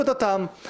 בדיוק מאותו טעם.